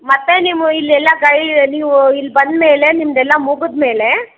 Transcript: ಮತ್ತು ನೀವು ಇಲ್ಲೆಲ್ಲ ಗೈ ನೀವು ಇಲ್ಲಿ ಬಂದಮೇಲೆ ನಿಮ್ಮದೆಲ್ಲಾ ಮುಗಿದ್ಮೇಲೆ